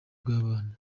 bw’abana